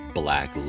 black